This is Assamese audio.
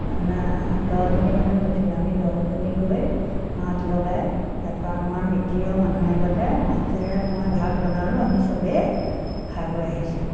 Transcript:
আমাৰ দহজনী মানুহ গৈছিলোঁ আমি দহজনী গৈ মাত লগাই তাৰ পৰা আমাৰ মিতিৰৰ মানুহ এঘৰতে মাছেৰে মই ভাত বনালোঁ আমি চবেই খাই বৈ আহিছোঁ